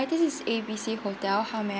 this is A B C hotel how may I